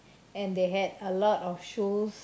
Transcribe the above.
and they had a lot of shows